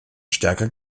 stärker